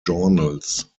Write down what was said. journals